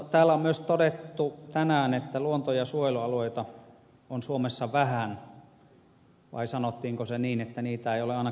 täällä on myös todettu tänään että luonto ja suojelualueita on suomessa vähän vai sanottiinko se niin että niitä ei ole ainakaan liikaa